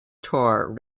tour